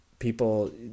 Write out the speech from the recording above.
People